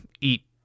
eat